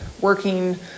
working